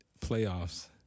playoffs